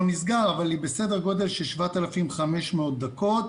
נסגר אבל היא בסדר גודל של 7,500 דקות.